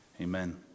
Amen